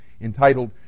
entitled